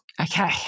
Okay